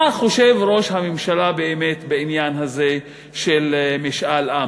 מה חושב ראש הממשלה באמת בעניין הזה של משאל עם?